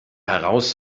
heraus